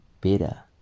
better